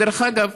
דרך אגב,